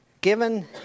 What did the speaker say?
given